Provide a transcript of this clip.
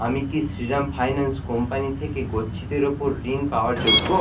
আমি কি Shriram finance company থেকে গচ্ছিতের ওপর ঋণ পাওয়ার যোগ্য